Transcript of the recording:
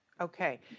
Okay